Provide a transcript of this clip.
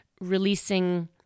releasing